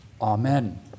Amen